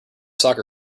soccer